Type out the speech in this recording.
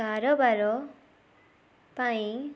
କାରବାର ପାଇଁ